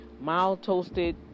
mild-toasted